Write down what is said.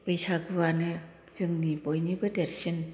बैसागुआनो जोंनि बयनिबो देरसिन